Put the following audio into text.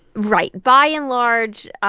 right. by and large,